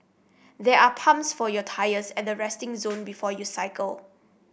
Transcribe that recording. they are pumps for your tyres at the resting zone before you cycle